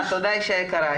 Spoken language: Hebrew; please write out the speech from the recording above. תודה, אישה יקרה.